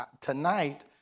tonight